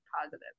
positive